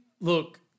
look